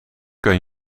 kan